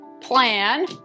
plan